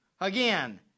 again